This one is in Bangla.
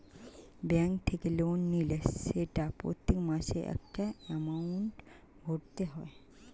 ব্যাঙ্ক থেকে লোন নিলে সেটা প্রত্যেক মাসে একটা এমাউন্ট ভরতে হয়